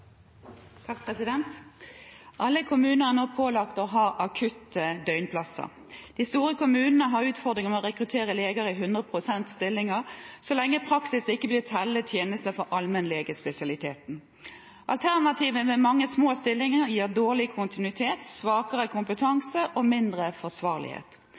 kommuner er nå pålagt å ha akutte døgnplasser. De store kommunene har utfordringer med å rekruttere leger i 100-prosentstillinger, så lenge praksisen ikke blir tellende tjeneste for allmennlegespesialiteten. Alternativet med mange små stillinger gir dårlig kontinuitet, svakere kompetanse og mindre forsvarlighet.